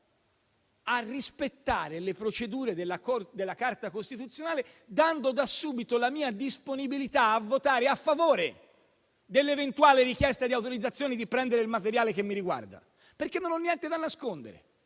a rispettare le procedure della Carta costituzionale, dando da subito la mia disponibilità a votare a favore dell'eventuale richiesta di autorizzazione a prendere il materiale che mi riguarda, perché non ho niente da nascondere,